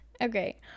Okay